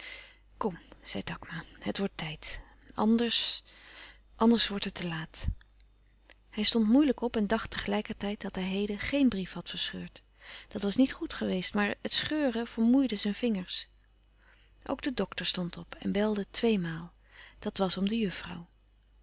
kom zei takma het wordt tijd anders anders wordt het te laat hij stond moeilijk op en dacht tegelijkertijd dat hij heden géen brief had verscheurd dat was niet goed geweest maar het scheuren vermoeide zijn vingers ook de dokter stond op en belde tweemaal dat was om de juffrouw